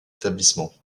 établissements